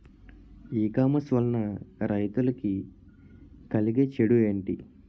ఈ కామర్స్ వలన రైతులకి కలిగే చెడు ఎంటి?